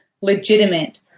legitimate